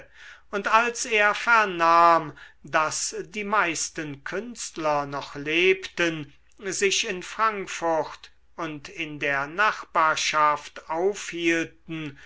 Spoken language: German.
und als er vernahm daß die meisten künstler noch lebten sich in frankfurt und in der nachbarschaft aufhielten